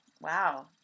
Wow